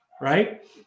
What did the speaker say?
right